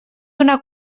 una